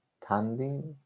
Tandy